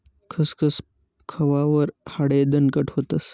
खसखस खावावर हाडे दणकट व्हतस